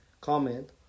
comment